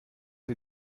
sie